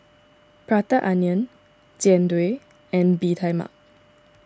Prata Onion Jian Dui and Bee Tai Mak